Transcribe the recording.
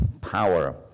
power